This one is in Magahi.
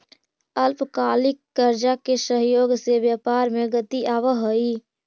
अल्पकालिक कर्जा के सहयोग से व्यापार में गति आवऽ हई